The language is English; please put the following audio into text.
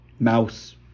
mouse